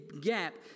gap